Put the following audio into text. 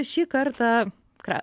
šį kartą